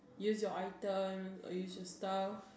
use your item or use your stuff